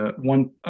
one